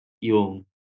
yung